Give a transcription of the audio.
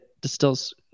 distills